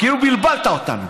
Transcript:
כאילו בלבלת אותנו.